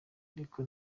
ariko